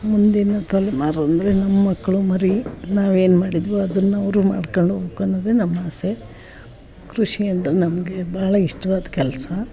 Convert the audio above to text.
ಮುಂದಿನ ತಲೆಮಾರು ಅಂದರೆ ನಮ್ಮ ಮಕ್ಕಳು ಮರಿ ನಾವೇನು ಮಾಡಿದ್ದೆವೋ ಅದನ್ನ ಅವರೂ ಮಾಡ್ಕಂಡು ಹೋಗ್ಬೇಕನ್ನದೇ ನಮ್ಮ ಆಸೆ ಕೃಷಿ ಅಂದರೆ ನಮಗೆ ಭಾಳ ಇಷ್ಟ್ವಾದ ಕೆಲಸ